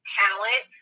talent